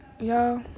Y'all